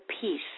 peace